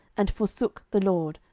and forsook the lord,